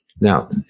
now